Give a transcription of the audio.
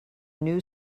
new